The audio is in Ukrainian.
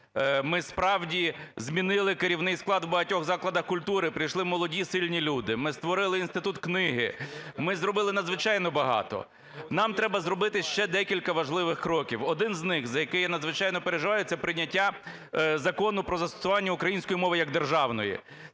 Ми, справді, змінили керівний склад в багатьох закладах культури, прийшли молоді сильні люди. Ми створили інститут книги. Ми зробили надзвичайно багато. Нам треба зробити ще декілька важливих кроків. Один з них, за який я надзвичайно переживаю, - це прийняття Закону про застосування української мови як державної.